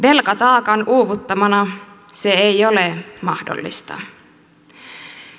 velkataakan uuvuttamana se ei ole mahdollista